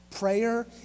Prayer